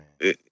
man